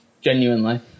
genuinely